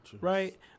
Right